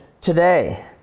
today